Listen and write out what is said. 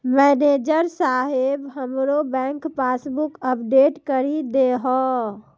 manager साहेब हमरो bank passbook update करि दहो